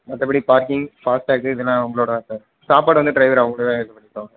மற்றப்படி பார்க்கிங் ஃபாஸ்ட்டிராக்கு இதெல்லாம் உங்களோடது தான் சார் சாப்பாடு வந்து ட்ரைவரு அவங்ளாவே இது பண்ணிப்பாங்க